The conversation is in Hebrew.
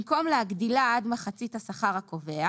במקום "או להגדילה עד מחצית השכר הקובע"